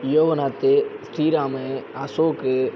Yoganath Sriram Ashok